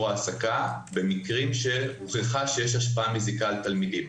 העסקה במקרים שהוכחה שיש השפעה מזיקה על תלמידים.